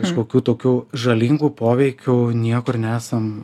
kažkokių tokių žalingų poveikių niekur nesam